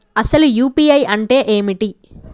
అసలు యూ.పీ.ఐ అంటే ఏమిటి?